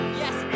yes